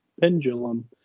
pendulum